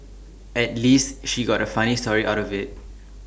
at least she got A funny story out of IT